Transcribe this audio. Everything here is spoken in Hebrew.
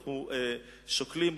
אנחנו שוקלים,